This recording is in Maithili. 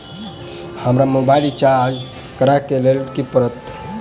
हमरा मोबाइल रिचार्ज करऽ केँ लेल की करऽ पड़त?